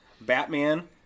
Batman